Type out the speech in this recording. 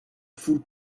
foule